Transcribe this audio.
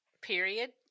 Period